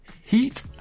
heat